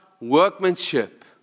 workmanship